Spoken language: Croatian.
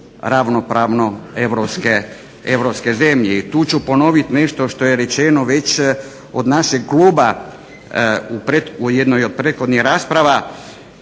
ravnopravno europske zemlje. I tu ću ponoviti nešto što je rečeno već od našeg kluba u jednoj od prethodnih rasprava